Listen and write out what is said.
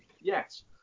Yes